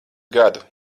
gadu